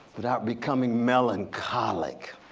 without becoming melancholic.